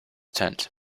tent